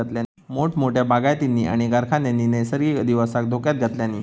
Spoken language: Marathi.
मोठमोठ्या बागायतींनी आणि कारखान्यांनी नैसर्गिक अधिवासाक धोक्यात घातल्यानी